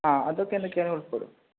ആ അതൊക്കെ എന്തൊക്കെയാണെങ്കിലും കുഴപ്പമില്ല